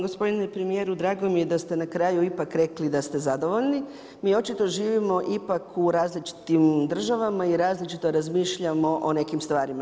Gospodine premijeru drago mi je da ste na kraju ipak rekli da ste zadovoljni, mi očito živimo ipak u različitim državama i različito razmišljamo o nekim stvarima.